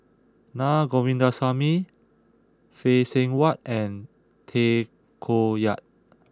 Na Govindasamy Phay Seng Whatt and Tay Koh Yat